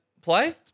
Play